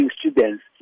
students